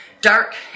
dark